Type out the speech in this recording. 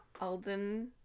Alden